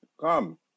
come